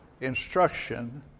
instruction